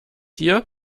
hier